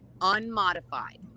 unmodified